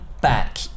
back